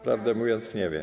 Prawdę mówiąc, nie wiem.